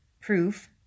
proof